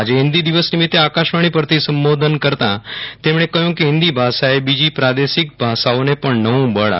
આજે હિંદી દિવસ નિમિત્તે આકાશવાણી પરથી સંબોધન કરતા તેમણે કહ્યું કે હિંદી ભાષાએ બીજી પ્રાદેશિક ભાષાઓને પણ નવું બળ આપ્યું છે